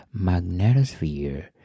magnetosphere